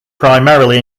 primarily